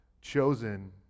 chosen